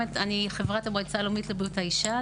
אני חברת המועצה הלאומית לבריאות האישה.